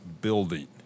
building